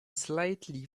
slightly